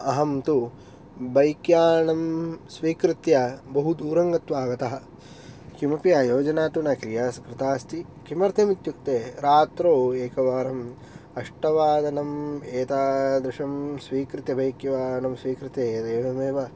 अहं तु बैक्याणं स्वीकृत्य बहुदूरं गत्वा आगतः किमपि आयोजना तु न क्रिया कृता अस्ति किमर्थम् इत्युक्ते रात्रौ एकवारं अष्टवादनम् एतादृशम् स्वीकृत बैक्यानं स्वीकृते एवमेव